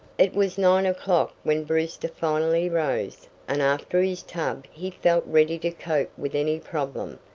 it was nine o'clock when brewster finally rose, and after his tub he felt ready to cope with any problem,